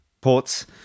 ports